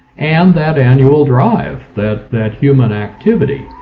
and that annual drive, that that human activity.